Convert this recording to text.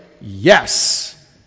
Yes